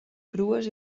crues